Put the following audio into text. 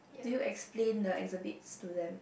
do you explain the exhibits to them